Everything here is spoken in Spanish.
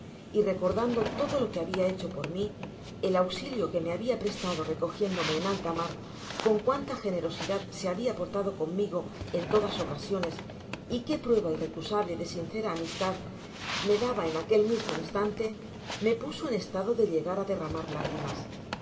y recordando todo lo que habia hecho por mi el auxilio que me habia prestado recogiéndome en alta mar con cuanta generosidad se habia portado conmigo en todas ocasiones y qué prueba irrecusable de sincera amistad me daba en aquel mismo instante me puso en estado de llegar á derramar lágrimas